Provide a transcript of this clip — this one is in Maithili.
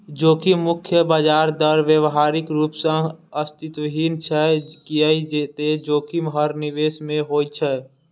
जोखिम मुक्त ब्याज दर व्यावहारिक रूप सं अस्तित्वहीन छै, कियै ते जोखिम हर निवेश मे होइ छै